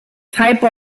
type